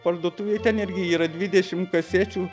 parduotuvėj ten irgi yra dvidešimt kasečių